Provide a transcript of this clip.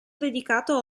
dedicato